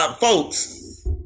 Folks